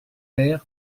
père